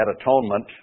atonement